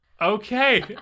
Okay